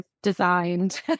designed